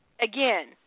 again